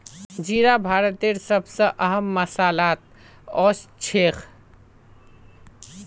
जीरा भारतेर सब स अहम मसालात ओसछेख